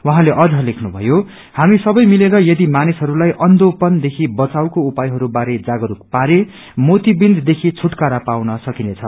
उहाँले अझ लेख्नु भ्यो हामी सबै मिलेर यदि मानिसहरूलाई अन्धेपनदेखि बचाउको उपयहरूबारे जागरूक पारे मोतियाविन्द देखि छुअकार पाउन सकिनेछ